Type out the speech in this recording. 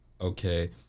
okay